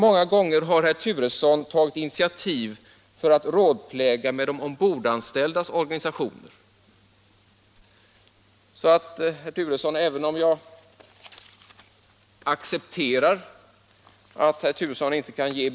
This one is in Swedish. Sedan frågade herr Bergqvist hur många gånger jag haft samråd med de ombordanställda. Det är mycket enkelt att svara på: två gånger.